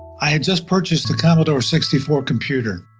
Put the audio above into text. i had just purchased a commodore sixty four computer,